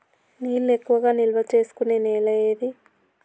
నీళ్లు ఎక్కువగా నిల్వ చేసుకునే నేల ఏది?